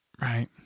right